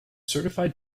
certified